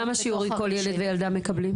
כמה שיעורים כל ילד או ילדה מקבלים?